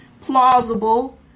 plausible